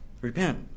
Repent